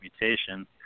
mutation